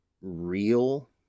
real